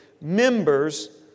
members